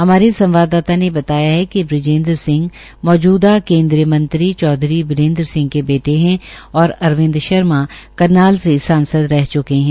हमारे संवाददाता ने बताया कि बिजेन्द्र सिंह मौजूदा केन्द्रीय मंत्री चौधरी बीरेन्द्र सिंह के बेटे है और अरविंद शर्मा करनाल से सांसद रह च्के है